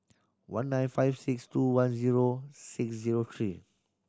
one nine five six two one zero six zero three